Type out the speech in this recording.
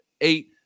eight